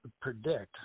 predict